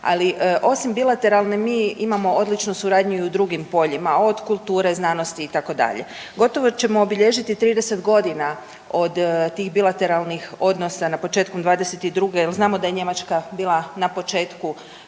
ali osim bilateralne mi imamo i odličnu suradnju u drugim poljima, od kulture, znanosti itd. Gotovo ćemo obilježiti 30 godina od tih bilateralnih odnosa na početku 22. jer znamo da je Njemačka bila na početku